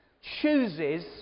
chooses